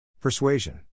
persuasion